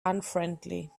unfriendly